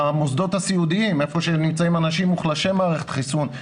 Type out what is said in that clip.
המוסדות הסיעודיים שם נמצאים אנשים מוחלשי מערכת חיסון.